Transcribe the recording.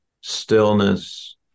stillness